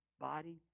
body